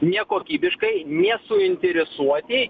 nekokybiškai nesuinteresuoti